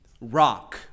rock